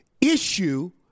issue